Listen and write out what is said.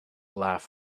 laugh